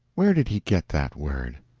where did he get that word?